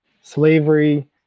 slavery